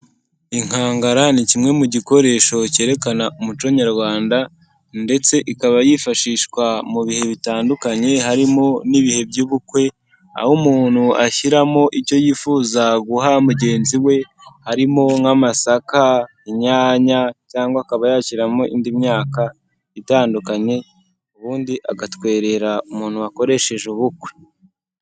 Inkangara ni kimwe mu gikoresho cyerekana umuco Nyarwanda ndetse ikaba yifashishwa mu bihe bitandukanye harimo n'ibihe by'ubukwe aho umuntu ashyiramo icyo yifuza guha mugenzi we harimo nk'amasaka, inyanya cyangwa akaba yashyiramo indi myaka itandukanye ubundi agatwerera umuntu wakoresheje ubukwe.